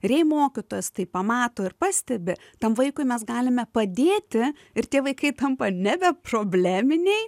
ir jei mokytojas tai pamato ir pastebi tam vaikui mes galime padėti ir tie vaikai tampa nebe probleminiai